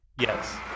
Yes